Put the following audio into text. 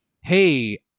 hey